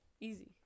Easy